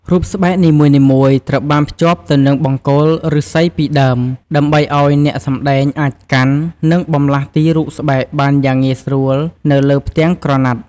រូបស្បែកនីមួយៗត្រូវបានភ្ជាប់ទៅនឹងបង្គោលឫស្សីពីរដើម ដើម្បីឲ្យអ្នកសម្តែងអាចកាន់ និងបន្លាស់ទីរូបស្បែកបានយ៉ាងងាយស្រួលនៅលើផ្ទាំងក្រណាត់។